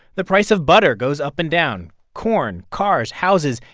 the price of butter goes up and down corn, cars, houses,